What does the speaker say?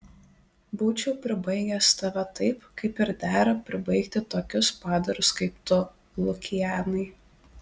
būčiau pribaigęs tave taip kaip ir dera pribaigti tokius padarus kaip tu lukianai